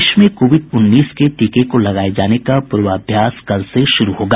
देश में कोविड उन्नीस के टीके को लगाए जाने का पूर्वाभ्यास कल से शुरू होगा